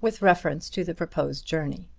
with reference to the proposed journey.